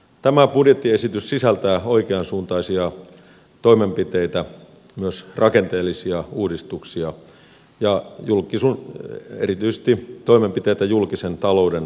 tämä budjettiesitys sisältää oikeansuuntaisia toimenpiteitä myös rakenteellisia uudistuksia ja erityisesti toimenpiteitä julkisen talouden velkaantumiskehityksen hillitsemiseksi